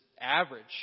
average